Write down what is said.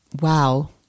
Wow